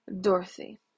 Dorothy